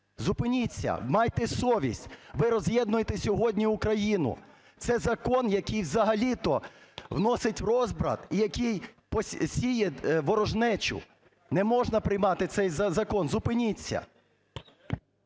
Зупиніться! Майте совість! Ви роз'єднуєте сьогодні Україну! Це закон, який взагалі-то вносить розбрат і який сіє ворожнечу. Не можна приймати цей закон. Зупиніться!